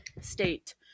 State